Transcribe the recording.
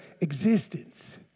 existence